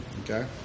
Okay